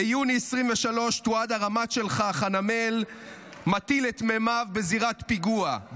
ביוני 2023 תועד הרמ"ט שלך חנמאל מטיל את מימיו בזירת פיגוע,